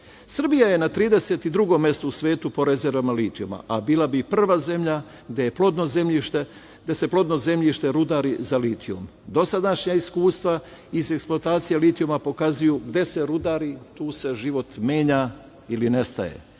je na 32 mestu u svetu po rezervama litijuma, a bila bi prva zemlja gde je plodno zemljište, gde se plodno zemljište rudari za litijum. Dosadašnja iskustva iz eksploatacije litijuma pokazuju gde se rudari tu se život menja ili nestaje.